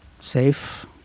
safe